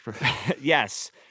Yes